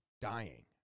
dying